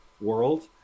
world